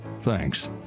thanks